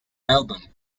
album